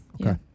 okay